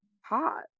hot